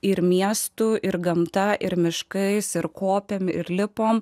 ir miestų ir gamta ir miškais ir kopėme ir lipome